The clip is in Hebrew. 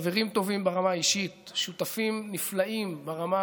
חברים טובים ברמה האישית, שותפים נפלאים ברמה